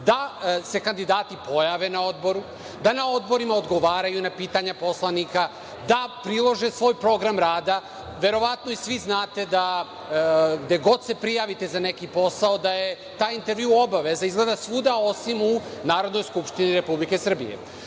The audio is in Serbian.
da se kandidati pojave na Odboru, da na odborima odgovaraju na pitanja poslanika, da prilože svoj program rada. Verovatno i svi znate da gde god se prijavite za neki posao da je taj intervju obaveza, izgleda svuda osim u Narodnoj skupštini Republike Srbije. Tako